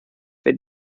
wenn